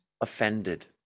offended